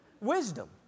Wisdom